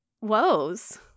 woes